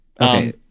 okay